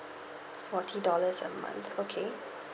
forty dollars a month okay